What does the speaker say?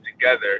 together